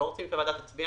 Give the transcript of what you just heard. רוצים שהוועדה תצביע